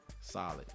solid